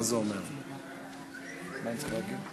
בשם שר הרווחה והשירותים החברתיים.